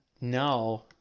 No